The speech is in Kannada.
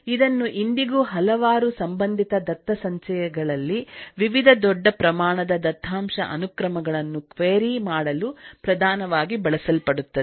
ಇದನ್ನುಇಂದಿಗೂ ಹಲವಾರುಸಂಬಂಧಿತ ದತ್ತಸಂಚಯಗಳಲ್ಲಿ ವಿವಿಧ ದೊಡ್ಡ ಪ್ರಮಾಣದ ದತ್ತಾಂಶ ಅನುಕ್ರಮಗಳನ್ನು ಕ್ವೆರಿ ಮಾಡಲುಪ್ರಧಾನವಾಗಿ ಬಳಸಲ್ಪಡುತ್ತದೆ